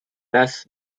thus